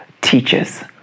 teachers